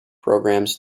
programmes